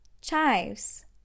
Chives